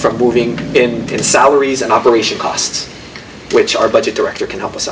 from moving into salaries and operation costs which our budget director can help us